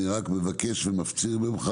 אני מפציר בך